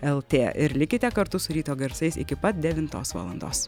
lt ir likite kartu su ryto garsais iki pat devintos valandos